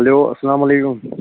hello اسلامُ علیکم